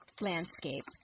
landscape